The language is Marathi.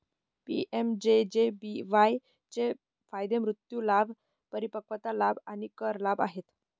पी.एम.जे.जे.बी.वाई चे फायदे मृत्यू लाभ, परिपक्वता लाभ आणि कर लाभ आहेत